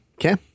Okay